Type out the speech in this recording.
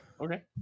Okay